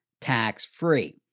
tax-free